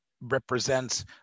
represents